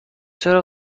چرا